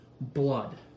blood